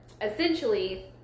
essentially